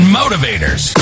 motivators